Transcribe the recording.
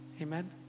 amen